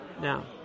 Now